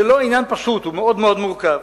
זה לא עניין פשוט, הוא מאוד מאוד מורכב.